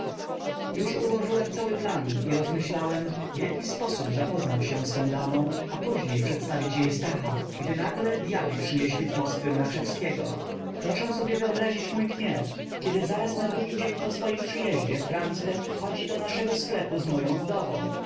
już ułożyłem cały plan i rozmyślałem w jakiby sposób zapoznać się z tą damą a później przedstawić jej stacha gdy nagle dyabli przynieśli z moskwy mraczewskiego proszę zaś sobie wyobrazić mój gniew kiedy zaraz na drugi dzień po swoim przyjeździe frant ten wchodzi do naszego sklepu z moją wdową